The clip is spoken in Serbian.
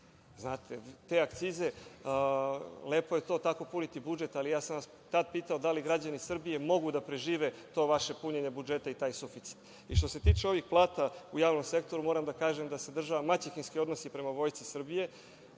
izazov. Te akcize, lepo je to tako puniti budžet, ali ja sam vas tada pitao da li građani Srbije mogu da prežive to vaše punjenje budžeta i taj suficit. Što se tiče ovih plata u javnom sektoru, moram da kažem da se država maćehinski odnosi prema Vojsci Srbije